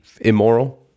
immoral